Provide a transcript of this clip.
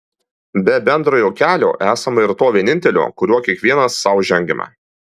be bendrojo kelio esama ir to vienintelio kuriuo kiekvienas sau žengiame